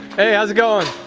hey, how's it going?